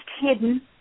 hidden